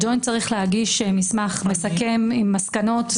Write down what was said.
הג'וינט צריך להגיש מסמך מסכם עם מסקנות.